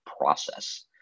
process